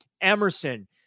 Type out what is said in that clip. Emerson